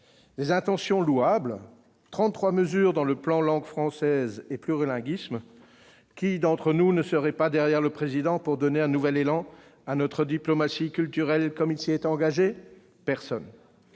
des intentions louables, trente-trois mesures dans le plan Langue française et plurilinguisme ... Qui d'entre nous ne serait pas derrière le Président de la République pour « donner un nouvel élan à notre diplomatie culturelle », comme il s'y est engagé ? Personne